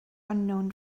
unknown